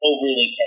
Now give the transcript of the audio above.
overly